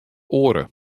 oare